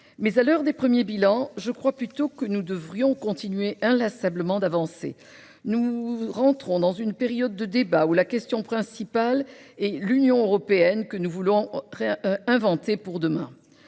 à l'heure des premiers bilans, je crois plutôt que nous devrions continuer inlassablement d'avancer. Nous entrons dans une période de débat où la question principale est de savoir quelle Union européenne nous voulons inventer pour demain.